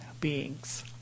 beings